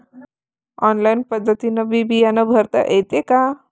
Online पद्धतीनं बी बिमा भरता येते का?